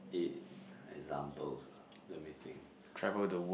it examples ah let me think